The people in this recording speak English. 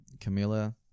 Camilla